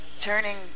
turning